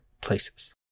Places